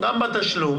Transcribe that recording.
גם בתשלום